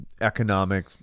economic